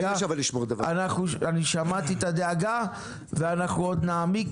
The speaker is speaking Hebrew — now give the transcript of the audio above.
אני שמעתי את הדאגה ואנחנו עוד נעמיק